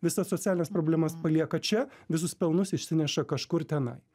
visas socialines problemas palieka čia visus pelnus išsineša kažkur tenai